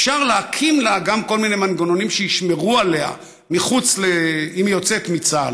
אפשר להקים לה גם כל מיני מנגנונים שישמרו עליה אם היא יוצאת מצה"ל,